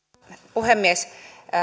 puhemies